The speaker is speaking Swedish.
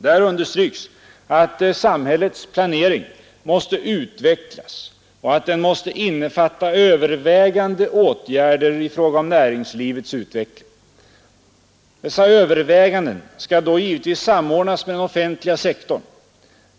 Där understryks att samhällets planering måste utvecklas och att den måste innefatta överväganden av åtgärder i fråga om näringslivets utveckling. Dessa överväganden skall då givetvis samordnas med den offentliga sektorn.